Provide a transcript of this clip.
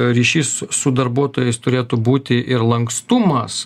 ryšys su darbuotojais turėtų būti ir lankstumas